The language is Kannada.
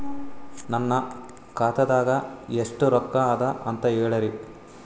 ನನ್ನ ಖಾತಾದಾಗ ಎಷ್ಟ ರೊಕ್ಕ ಅದ ಅಂತ ಹೇಳರಿ?